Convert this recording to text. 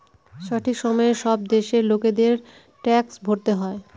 সঠিক সময়ে সব দেশের লোকেদের ট্যাক্স ভরতে হয়